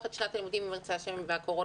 את שנת הלימודים אם ירצה השם והקורונה,